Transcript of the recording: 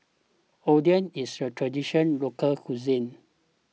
Oden is a Traditional Local Cuisine